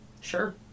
Sure